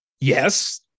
yes